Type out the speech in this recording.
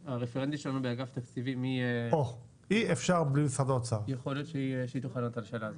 הרפרנטית שלנו באגף התקציבים היא תוכל אולי לענות עלה שאלה הזאת.